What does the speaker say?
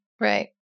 Right